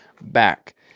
back